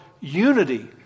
unity